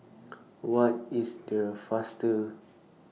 What IS The fastest